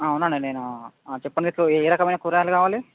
అవును అండి నేను చెప్పండి మీకు ఏ రకమైన కూరగాయలు కావాలి